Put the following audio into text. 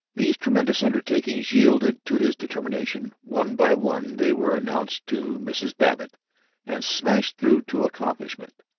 these tremendous undertakings yielded to his determination one by one they were announced to mrs. babbitt and smashed through to accomplishment.